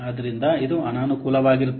ಆದ್ದರಿಂದ ಇದು ಅನಾನುಕೂಲವಾಗುತ್ತದೆ